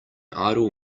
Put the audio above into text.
idle